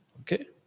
okay